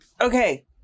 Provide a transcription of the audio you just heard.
okay